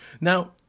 now